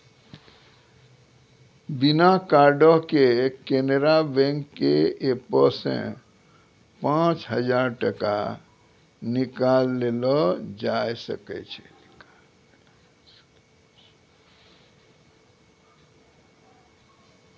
बिना कार्डो के केनरा बैंक के एपो से पांच हजार टका निकाललो जाय सकै छै